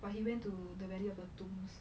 but he went to the venue of the tombs